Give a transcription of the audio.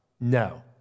No